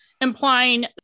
implying